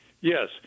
Yes